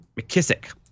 McKissick